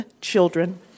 children